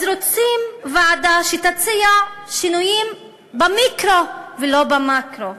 אז רוצים ועדה שתציע שינויים במיקרו ולא במקרו,